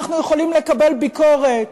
אנחנו יכולים לקבל ביקורת.